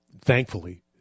thankfully